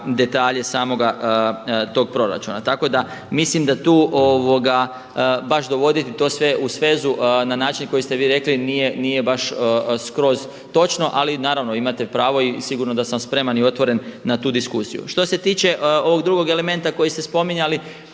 detalje samoga tog proračuna. Tako da mislim da tu baš dovoditi to sve u svezu na način koji ste vi rekli nije baš skroz točno ali naravno imate pravo i sigurno da sam spreman i otvoren na tu diskusiju. Što se tiče ovog drugog elementa kojeg ste spominjali,